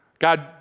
God